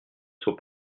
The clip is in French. sont